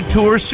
Tour